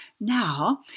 Now